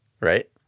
Right